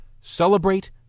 Celebrate